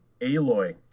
Aloy